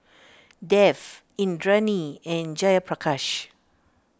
Dev Indranee and Jayaprakash